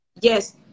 Yes